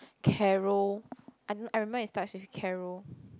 Carol I I remember it starts with Carol